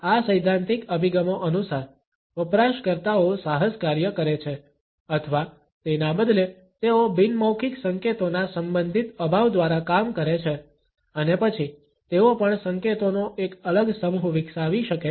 આ સૈદ્ધાંતિક અભિગમો અનુસાર વપરાશકર્તાઓ સાહસ કાર્ય કરે છે અથવા તેના બદલે તેઓ બિન મૌખિક સંકેતોના સંબંધિત અભાવ દ્વારા કામ કરે છે અને પછી તેઓ પણ સંકેતોનો એક અલગ સમૂહ વિકસાવી શકે છે